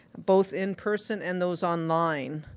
both in person and those online.